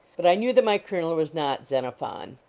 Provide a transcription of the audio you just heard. but i knew that my colonel was not xenophon.